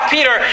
Peter